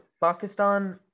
pakistan